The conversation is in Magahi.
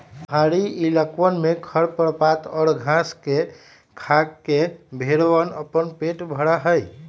पहड़ीया इलाकवन में खरपतवार और घास के खाके भेंड़वन अपन पेट भरा हई